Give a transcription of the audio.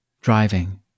driving